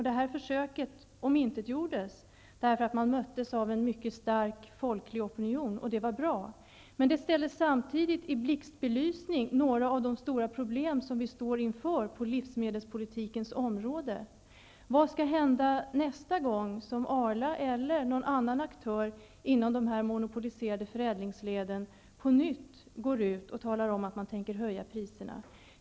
Det här försöket omintetgjordes därför att man möttes av en mycket stark folklig opinion, och det var bra. Men det ställer samtidigt några av de stora problem som vi står inför på livsmedelspolitikens område i blixtbelysning. Vad skall hända nästa gång som Arla, eller någon annan aktör inom dessa monopoliserade förädlingsled, på nytt går ut och talar om att man tänker höja priserna?